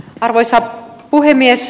arvoisa puhemies